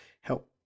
help